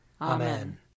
Amen